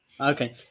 Okay